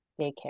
daycare